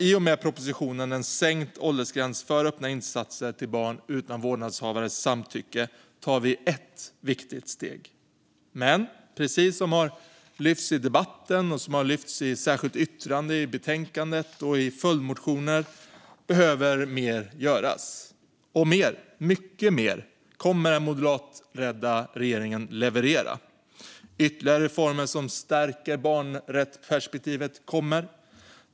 I och med propositionen En sänkt åldersgräns för öppna insatser till barn utan vårdnadshavarens samtycke tar vi ett viktigt steg, men precis som har lyfts upp i debatten och i ett särskilt yttrande i betänkandet och i följdmotioner behöver mer göras. Och mer - mycket mer - kommer den moderatledda regeringen att leverera. Ytterligare reformer som stärker barnrättsperspektivet kommer.